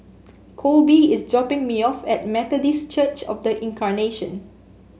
Colby is dropping me off at Methodist Church Of The Incarnation